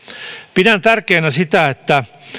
pidän tärkeänä sitä että